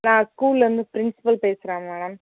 நான் ஸ்கூலிலேருந்து பிரின்சிபல் பேசுகிறேன் மேம்